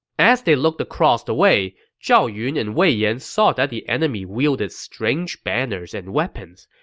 as they looked across the way, zhao yun and wei yan saw that the enemy wielded strange banners and weapons.